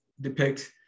depict